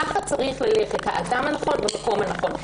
כך צריך ללכת: "האדם הנכון במקום הנכון".